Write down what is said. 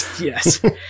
yes